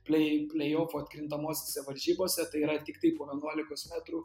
plei pleiofų atkrintamosiose varžybose tai yra tiktai po vienuolikos metrų